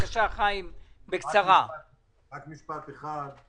רק משפט אחד.